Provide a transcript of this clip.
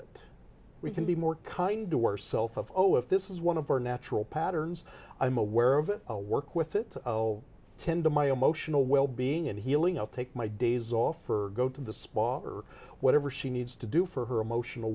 it we can be more kind or self of oh if this is one of our natural patterns i'm aware of a work with it i'll attend to my emotional well being and healing i'll take my days off for go to the spa or whatever she needs to do for her emotional